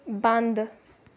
बंद